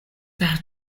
per